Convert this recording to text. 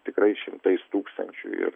tikrai šimtais tūkstančių ir